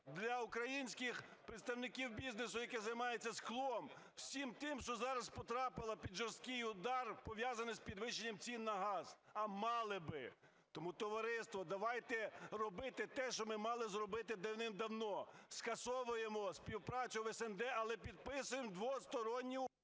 для українських представників бізнесу, які займаються склом, всім тим, що зараз потрапило під жорсткий удар, пов'язаним з підвищенням цін на газ, а мали би. Тому, товариство, давайте робити те, що ми мали зробити давним-давно: скасовуємо співпрацю в СНД, але підписуємо двосторонню…